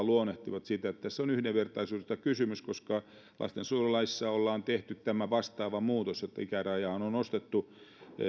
luonnehtivat sitä että tässä on yhdenvertaisuudesta kysymys koska lastensuojelulaissa ollaan tehty tämä vastaava muutos että ikärajaa on on nostettu